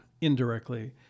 indirectly